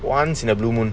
once in a blue moon